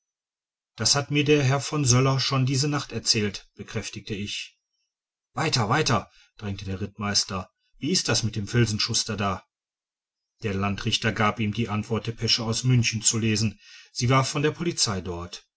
das hat mir der herr von söller schon diese nacht erzählt bekräftigte ich weiter weiter drängte der rittmeister wie ist das mit dem filzenschuster da der landrichter gab ihm die antwortdepesche aus münchen zu lesen sie war von der polizei dort